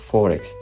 Forex